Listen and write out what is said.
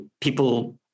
people